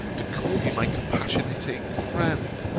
to call you my compassionating friend.